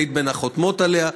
היית בין החתומות עליה.